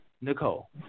Nicole